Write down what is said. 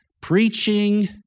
preaching